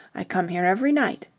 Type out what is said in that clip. i come here every night.